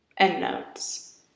Endnotes